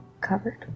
covered